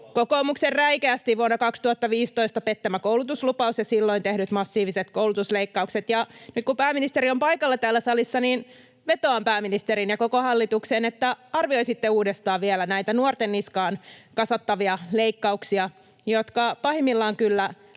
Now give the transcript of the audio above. kokoomuksen räikeästi vuonna 2015 pettämä koulutuslupaus ja silloin tehdyt massiiviset koulutusleikkaukset. [Petteri Orpon välihuuto] — Ja nyt kun pääministeri on paikalla täällä salissa, niin vetoan pääministeriin ja koko hallitukseen, että arvioisitte uudestaan vielä näitä nuorten niskaan kasattavia leikkauksia, jotka pahimmillaan kyllä